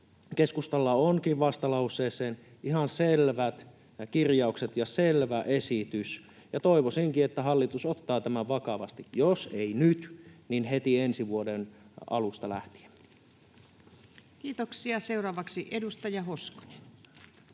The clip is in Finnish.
keskustalla onkin vastalauseeseen ihan selvät kirjaukset ja selvä esitys. Toivoisinkin, että hallitus ottaa tämän vakavasti, jos ei nyt, niin heti ensi vuoden alusta lähtien. [Speech 83] Speaker: Ensimmäinen